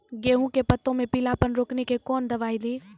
गेहूँ के पत्तों मे पीलापन रोकने के कौन दवाई दी?